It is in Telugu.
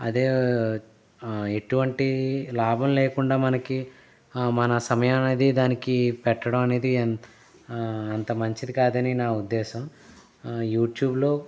అదే ఎటువంటి లాభం లేకుండా మనకి మన సమయం అనేది దానికి పెట్టడం అనేది అంత మంచిది కాదని నా ఉద్దేశం యూట్యూబ్ లో